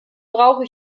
brauche